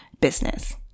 business